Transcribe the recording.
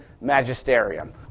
magisterium